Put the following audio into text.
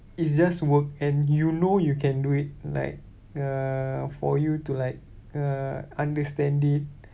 it's just work and you know you can do it like uh for you to like uh understand it